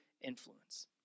influence